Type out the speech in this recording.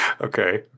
okay